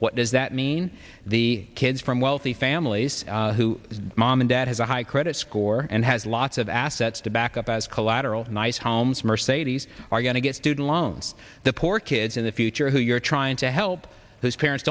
what does that mean the kids from wealthy families who is mom and dad has a high credit score and has lots of assets to back up as collateral nice homes mercedes are going to get student loans the poor kids in the future who you're trying to help whose parents